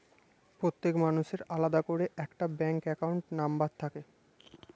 প্রত্যেক মানুষের আলাদা করে একটা ব্যাঙ্ক অ্যাকাউন্ট নম্বর থাকে